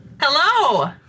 Hello